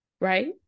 right